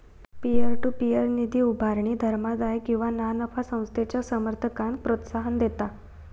peer to peer निधी उभारणी धर्मादाय किंवा ना नफा संस्थेच्या समर्थकांक प्रोत्साहन देता